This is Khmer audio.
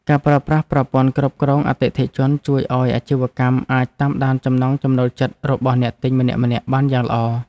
ការប្រើប្រាស់ប្រព័ន្ធគ្រប់គ្រងអតិថិជនជួយឱ្យអាជីវកម្មអាចតាមដានចំណង់ចំណូលចិត្តរបស់អ្នកទិញម្នាក់ៗបានយ៉ាងល្អ។